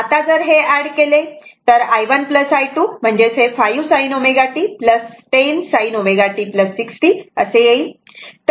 आता जर हे ऍड केले तर i1 i2 5 sin ω t 10 sin ω t 60 o असे येईल